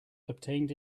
obtained